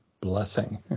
blessing